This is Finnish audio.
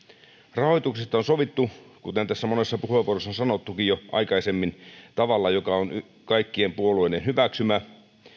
rahoituksesta on sovittu kuten tässä monessa puheenvuorossa on sanottukin jo aikaisemmin tavalla joka on kaikkien puolueiden hyväksymä